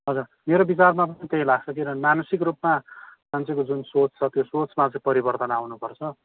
हजुर मेरो विचारमा पनि त्यही लाग्छ किनभने मानसिक रूपमा मान्छेको जुन सोच छ त्यो सोचमा चाहिँ परिवर्तन आउनुपर्छ